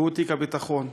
הוא תיק הביטחון.